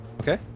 Okay